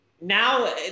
Now